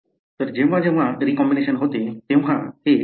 तर जेव्हा जेव्हा रीकॉम्बिनेशन होते तेव्हा हे असे होते